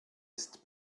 ist